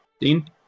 Dean